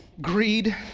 Greed